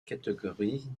catégorie